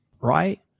right